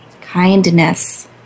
Kindness